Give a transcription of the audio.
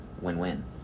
Win-win